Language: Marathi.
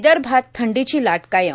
विदर्भात थंडीची लाट कायम